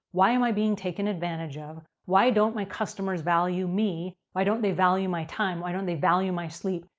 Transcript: why am i being taken advantage of? why don't my customers value me? why don't they value my time? why don't they value my sleep?